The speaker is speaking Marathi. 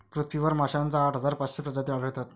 पृथ्वीवर माशांच्या आठ हजार पाचशे प्रजाती आढळतात